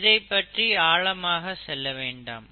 இதை பற்றி ஆழமாக செல்ல வேண்டாம்